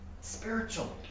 spiritual